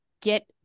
get